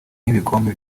n’ibikombe